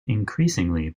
increasingly